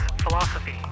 philosophy